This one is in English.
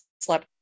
slept